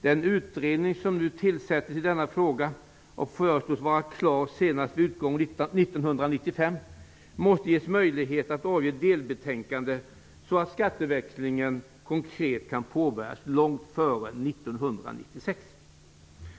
Den utredning som nu tillsätts i denna fråga och föreslås vara klar senast vid utgången av 1995 måste ges möjlighet att avge delbetänkanden, så att skatteväxlingen konkret kan påbörjas långt före 1996.